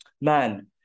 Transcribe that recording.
Man